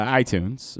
iTunes